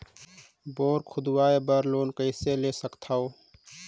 Bore खोदवाय बर loan कइसे ले सकथव?